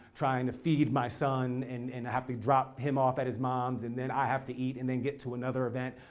trying to feed my son, and i have to drop him off at his mom's, and then i have to eat and then get to another event.